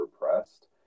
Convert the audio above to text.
repressed